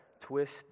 twist